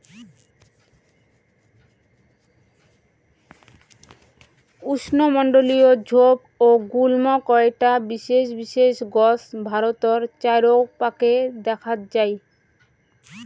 উষ্ণমণ্ডলীয় ঝোপ ও গুল্ম কয়টা বিশেষ বিশেষ গছ ভারতর চাইরোপাকে দ্যাখ্যাত যাই